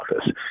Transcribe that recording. office